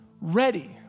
ready